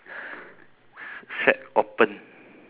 there will be a there there is a small